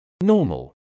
Normal